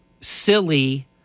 silly